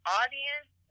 audience